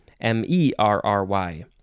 M-E-R-R-Y